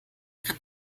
kann